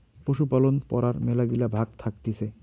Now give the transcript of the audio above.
পশুপালন পড়ার মেলাগিলা ভাগ্ থাকতিছে